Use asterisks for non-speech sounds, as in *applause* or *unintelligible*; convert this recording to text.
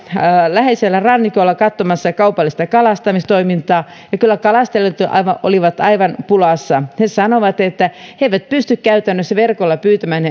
läheisellä rannikolla katsomassa kaupallista kalastamistoimintaa ja kyllä kalastajat olivat aivan pulassa he sanoivat että he eivät pysty käytännössä verkoilla pyytämään *unintelligible*